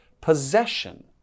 possession